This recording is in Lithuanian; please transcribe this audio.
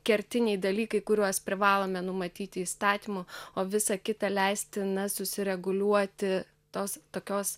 kertiniai dalykai kuriuos privalome numatyti įstatymu o visa kita leistina susireguliuoti tos tokios